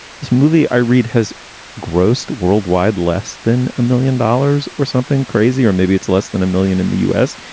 this movie i read has grossed worldwide less than a million dollars or something crazy, or maybe it's less than a million in the us.